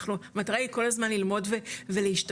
המטרה היא כל הזמן ללמוד ולהשתפר,